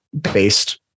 based